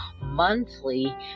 monthly